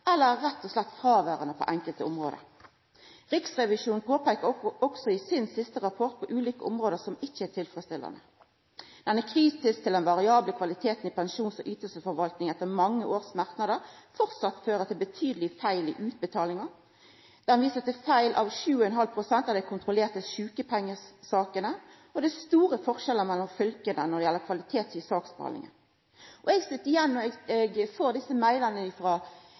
eller er rett og slett fråverande på enkelte område. Riksrevisjonen peikar også i sin siste rapport på ulike område som ikkje er tilfredsstillande: «Riksrevisjonen er kritisk til at den variable kvaliteten i pensjons- og ytelsesforvaltningen etter mange års merknader fortsatt fører til betydelige feil i utbetalinger. Revisjonen viser feil i 7,5 prosent av de kontrollerte sykepengesakene, og at det er store forskjeller mellom fylkene når det gjelder kvalitet i saksbehandlingen.»